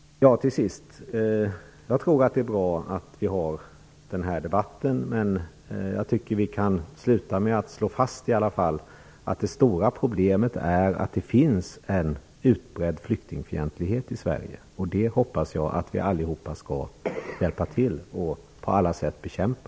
Jag tror att det är bra att vi för den här debatten i dag. Jag tycker att vi kan sluta med att slå fast att det stora problemet är att det finns en utbredd flyktingfientlighet i Sverige. Den hoppas jag att vi alla skall hjälpa till att på alla sätt bekämpa.